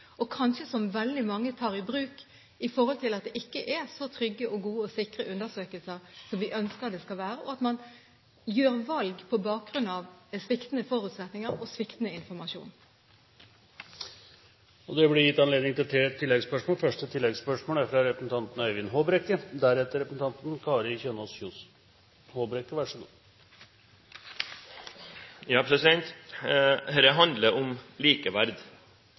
og som kanskje veldig mange tar i bruk fordi det ikke er så trygge og gode og sikre undersøkelser som vi ønsker det skal være, og at man gjør valg på bakgrunn av sviktende forutsetninger og sviktende informasjon? Det blir gitt anledning til tre oppfølgingsspørsmål – først Øyvind Håbrekke. Dette handler om likeverd. Likeverd er